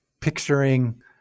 picturing